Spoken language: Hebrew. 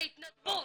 בהתנדבות.